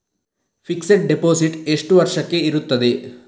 Fixed deposit ಎಷ್ಟು ವರ್ಷಕ್ಕೆ ಇರುತ್ತದೆ?